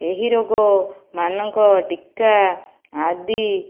ଏହି ରୋଗମାନଙ୍କ ଟୀକା ଆଦି